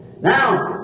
Now